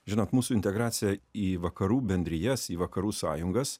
žinot mūsų integracija į vakarų bendrijas į vakarų sąjungas